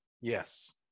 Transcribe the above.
Yes